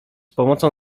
pomocą